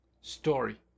Story